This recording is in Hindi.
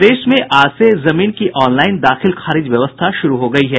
प्रदेश में आज से जमीन की ऑनलाईन दाखिल खारिज व्यवस्था शुरू हो गयी है